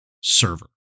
server